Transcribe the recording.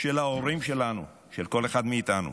של ההורים שלנו, של כל אחד מאיתנו,